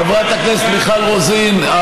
חברת הכנסת מיכל רוזין,